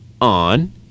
on